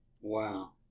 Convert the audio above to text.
Wow